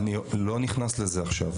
אני לא נכנס לזה עכשיו.